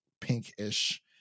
pinkish